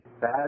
bad